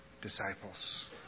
disciples